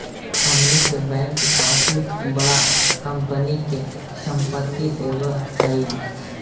हमनी के बैंक काफी बडा कंपनी के संपत्ति देवऽ हइ